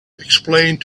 explained